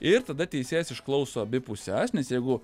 ir tada teisėjas išklauso abi puses nes jeigu